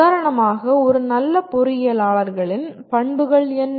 உதாரணமாக ஒரு நல்ல பொறியியலாளர்களின் பண்புகள் என்ன